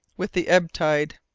with the ebb tide.